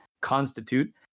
constitute